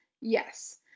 Yes